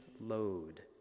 load